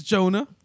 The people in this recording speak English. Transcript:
Jonah